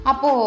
Apo